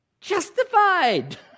justified